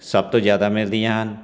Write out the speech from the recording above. ਸਭ ਤੋਂ ਜ਼ਿਆਦਾ ਮਿਲਦੀਆਂ ਹਨ